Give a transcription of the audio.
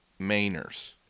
Mainers